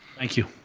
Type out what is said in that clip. thank you,